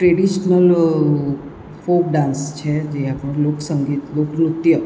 traditional folk dance છે જે આપણો લોકસંગીત લોકનૃત્ય